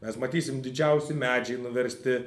mes matysim didžiausi medžiai nuversti